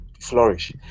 flourish